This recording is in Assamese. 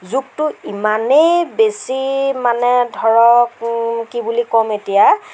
যুগটো ইমানেই বেছি মানে ধৰক কি বুলি ক'ম এতিয়া